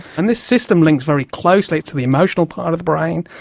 and this system links very closely to the emotional part of the brain,